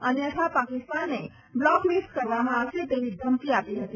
અન્યથા પાકિસ્તાનને blacklist કરવામાં આવશે તેવી ધમકી આપી હતી